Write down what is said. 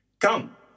Come